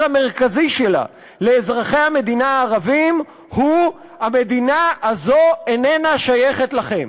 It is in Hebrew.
המרכזי שלה לאזרחי המדינה הערבים הוא: המדינה הזו איננה שייכת לכם.